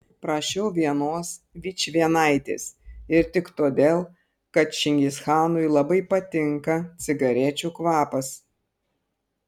prašiau vienos vičvienaitės ir tik todėl kad čingischanui labai patinka cigarečių kvapas